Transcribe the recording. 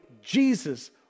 Jesus